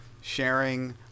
sharing